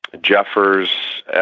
Jeffers